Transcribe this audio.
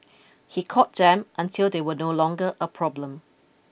he caught them until they were no longer a problem